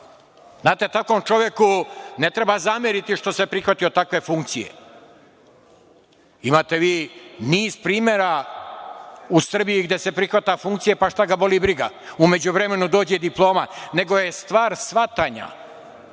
Znate, takvom čoveku ne treba zameriti što se prihvatio takve funkcije. Imate vi niz primera u Srbiji gde se prihvata funkcije, pa šta ga boli briga, u međuvremenu dođe diploma. Nego je stvar shvatanja.